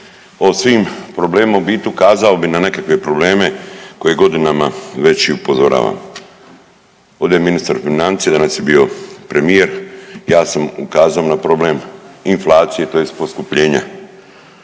o svim problemima u biti ukazao bi na nekakve probleme koje godinama već i upozoravam. Ovdje je ministar financija, danas je bio premijer, ja sam ukazao na problem inflacije tj. poskupljenja.